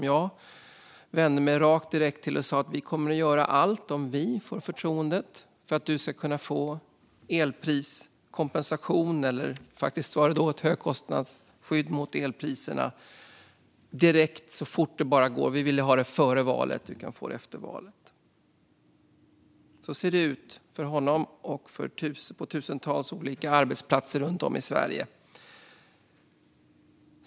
Jag vände mig direkt till honom och sa: "Om vi får förtroendet kommer vi att göra allt för att du ska kunna få elpriskompensation direkt, så fort det bara går." Då gällde det ett högkostnadsskydd mot elpriserna. Vi ville ha det före valet, men man kunde också få det efter valet. Så ser det ut för honom och tusentals olika arbetsplatser runt om i Sverige.